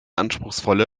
anspruchsvolle